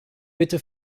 bitte